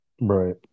Right